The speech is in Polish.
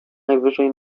najwyżej